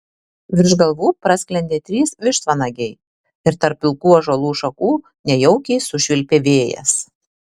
virš galvų prasklendė trys vištvanagiai ir tarp plikų ąžuolų šakų nejaukiai sušvilpė vėjas